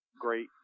great